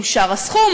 אושר הסכום,